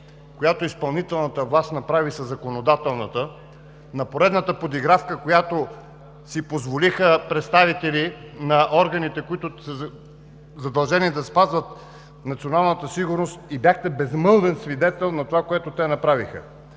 която изпълнителната власт направи със законодателната, на поредната подигравка, която си позволиха представители на органите, които са задължени да спазват националната сигурност, и бяхте безмълвен свидетел на това, което те направиха.